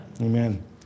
Amen